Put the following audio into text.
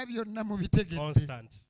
Constant